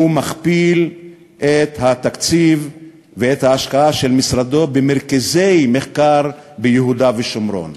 הוא מכפיל את התקציב ואת ההשקעה של משרדו במרכזי מחקר ביהודה ושומרון.